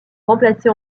remplacé